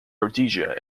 rhodesia